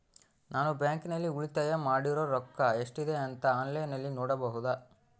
ನಾನು ಬ್ಯಾಂಕಿನಲ್ಲಿ ಉಳಿತಾಯ ಮಾಡಿರೋ ರೊಕ್ಕ ಎಷ್ಟಿದೆ ಅಂತಾ ಆನ್ಲೈನಿನಲ್ಲಿ ನೋಡಬಹುದಾ?